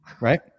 right